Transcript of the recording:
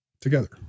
together